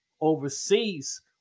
overseas